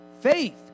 Faith